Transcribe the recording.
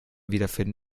wiederfinden